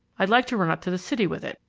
i'd like to run up to the city with it,